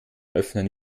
öffnen